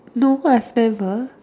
no I've never